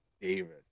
Davis